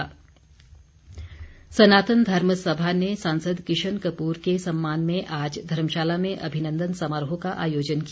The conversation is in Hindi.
किशन कपूर सनातन धर्म सभा ने सांसद किशन कपूर के सम्मान में आज धर्मशाला में अभिनन्दन समारोह का आयोजन किया